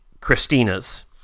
Christina's